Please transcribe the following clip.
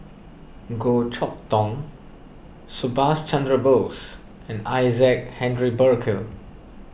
Goh Chok Tong Subhas Chandra Bose and Isaac Henry Burkill